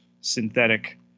synthetic